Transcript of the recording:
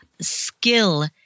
skill